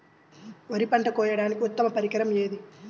వరి పంట కోయడానికి ఉత్తమ పరికరం ఏది?